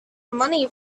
money